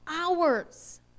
hours